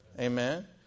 Amen